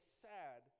sad